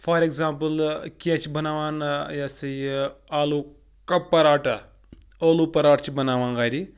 for example کینٛہہ چھِ بَناوان یہِ ہَسا یہِ آلوٗ کَپ پَراٹا ٲلوٗ پَراٹھ چھِ بَناوان گَرِ